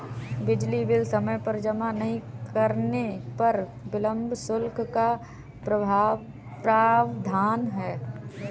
बिजली बिल समय पर जमा नहीं करने पर विलम्ब शुल्क का प्रावधान है